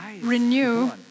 renew